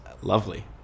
lovely